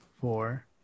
four